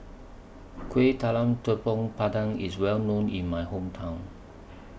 Kuih Talam Tepong Pandan IS Well known in My Hometown